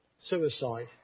suicide